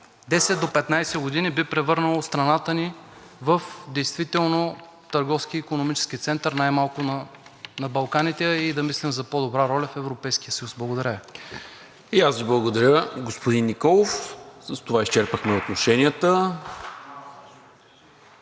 10 до 15 години би превърнала страната ни в действително търговски и икономически център, най-малко на Балканите, а и да мислим за по-добра роля в Европейския съюз. Благодаря. ПРЕДСЕДАТЕЛ НИКОЛА МИНЧЕВ: И аз Ви благодаря, господин Николов. С това изчерпахме отношенията.